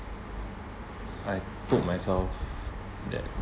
I told myself that